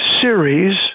series